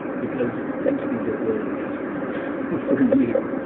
because things can get really nasty for you.